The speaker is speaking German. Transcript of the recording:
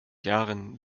jahren